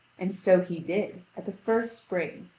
and so he did, at the first spring,